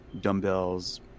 dumbbells